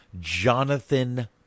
Jonathan